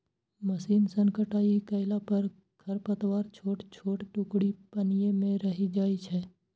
machine सं कटाइ कयला पर खरपतवारक छोट छोट टुकड़ी पानिये मे रहि जाइ छै